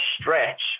stretch